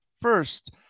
first